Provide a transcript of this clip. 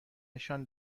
نشان